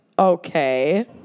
Okay